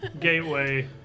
gateway